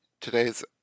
Today's